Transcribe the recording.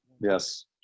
yes